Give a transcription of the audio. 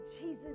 Jesus